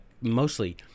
mostly